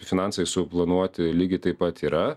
finansai suplanuoti lygiai taip pat yra